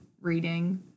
reading